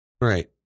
Right